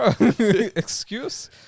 excuse